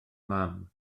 mam